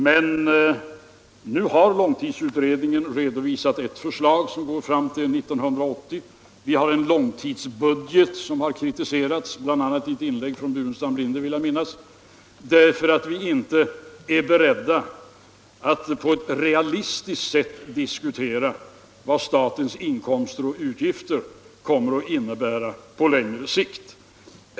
Men nu har långtidsutredningen redovisat ett förslag som går fram till 1980: Vi har en långtidsbudget som har kritiserats — bl.a. i ett inlägg av herr Burenstam Linder, vill jag minnas — därför att vi inte skulle vara beredda att på ett realistiskt sätt diskutera vad statens inkomster och utgifter kommer att innebära på längre sikt.